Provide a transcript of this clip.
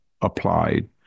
applied